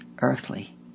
earthly